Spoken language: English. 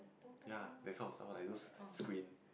ya that kind of stuff lah like those kind of screen